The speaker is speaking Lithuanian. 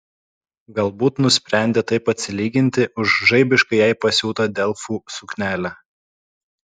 galbūt nusprendė taip atsilyginti už žaibiškai jai pasiūtą delfų suknelę